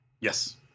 Yes